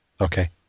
Okay